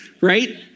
Right